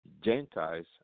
gentiles